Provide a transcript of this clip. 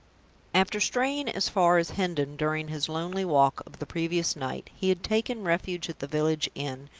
after straying as far as hendon during his lonely walk of the previous night, he had taken refuge at the village inn,